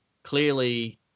clearly